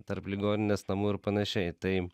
tarp ligoninės namų ir panašiai tai